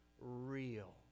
real